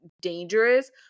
dangerous